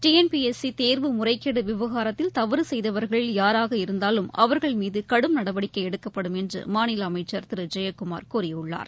TNPSC தேர்வு முறைகேடு விவகாரத்தில் தவறு செய்தவர்கள் யாராக இருந்தாலும் அவர்கள் மீது கடும் நடவடிக்கை எடுக்கப்படும் என்று மாநில அமைச்சர் திரு ஜெயக்குமார் கூறியுள்ளார்